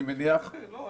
אני מניח --- לא,